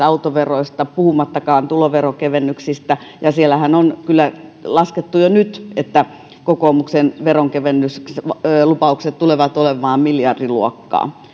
autoveroista puhumattakaan tuloveronkevennyksistä ja siellähän on kyllä laskettu jo nyt että kokoomuksen veronkevennyslupaukset tulevat olemaan miljardiluokkaa